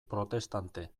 protestante